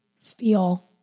feel